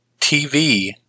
TV